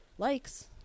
likes